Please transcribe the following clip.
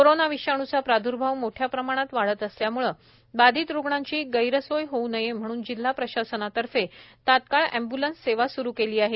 corona विषाणूचा प्रादुर्भाव मोठ्या प्रमाणात वाढत असल्यामुळे बाधित रुग्णांची गैरसोय होवू नये म्हणून जिल्हा प्रशासनातर्फे तात्काळ एम्बूलन्स सेवा सुरु केली आहे